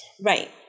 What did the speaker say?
Right